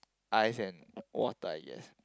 ice and water yes